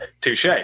Touche